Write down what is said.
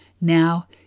Now